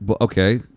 Okay